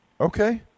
Okay